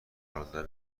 راندن